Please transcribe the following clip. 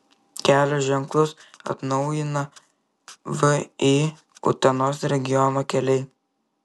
kelio ženklus atnaujina vį utenos regiono keliai